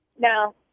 No